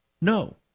No